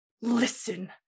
listen